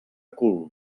cul